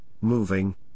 moving